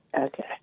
Okay